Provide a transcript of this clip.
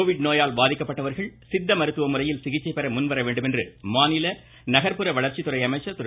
Covid நோயால் பாதிக்கப்பட்டவர்கள் சித்த மருத்துவ முறையில் சிகிச்சை பெற முன் வர வேண்டுமென மாநில நகர்ப்புற வளர்ச்சித்துறை அமைச்சர் திரு